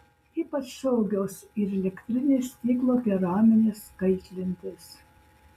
ypač saugios ir elektrinės stiklo keraminės kaitlentės